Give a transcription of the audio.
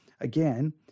Again